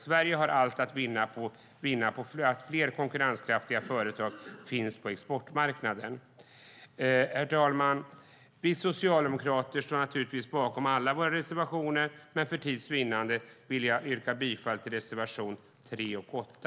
Sverige har allt att vinna på att fler konkurrenskraftiga företag finns på exportmarknaden. Herr talman! Vi socialdemokrater står naturligtvis bakom alla våra reservationer, men för tids vinnande vill jag yrka bifall till reservation 3 och 8.